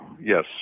yes